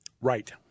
Right